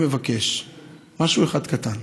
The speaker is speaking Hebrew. הוא היה מבקש משהו אחד קטן: